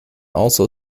also